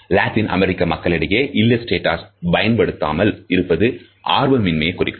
Latin அமெரிக்க மக்களிடையே இல்லஸ்டேட்டஸ் பயன்படுத்தாமல் இருப்பது ஆர்வமின்மையைக் குறிக்கும்